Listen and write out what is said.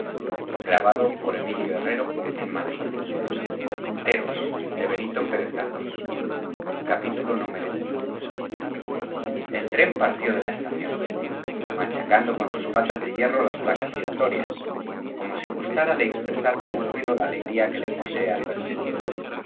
pasando se acabará de quitar con cafó muy fuerte theros theros i el tren partió de la estación machacando con sus patas de hierro las placas giratorias como si gustara de expresar con el ruido la alegría que le posee al verse libre